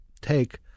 take